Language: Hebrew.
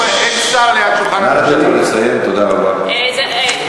שבעבר היה גם אחראי למשטרה ולשירות בתי-הסוהר,